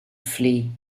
flee